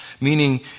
meaning